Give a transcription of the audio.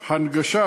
וההנגשה,